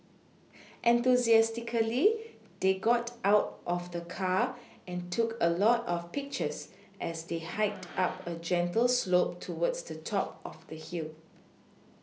enthusiastically they got out of the car and took a lot of pictures as they hiked up a gentle slope towards the top of the hill